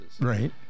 right